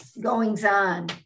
goings-on